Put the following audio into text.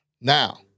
Now